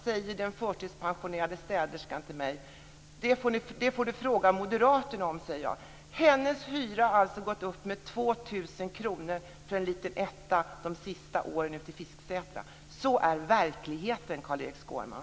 ", säger den förtidspensionerade städerskan till mig. Jag säger att hon får fråga moderaterna om det. Hennes hyra för en liten etta i Fisksätra har gått upp med 2 000 kr de senaste åren. Så är verkligheten, Carl-Erik Skårman.